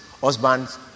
Husbands